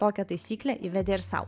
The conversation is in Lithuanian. tokią taisyklę įvedė ir sau